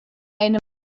eine